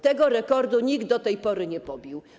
Tego rekordu nikt do tej pory nie pobił.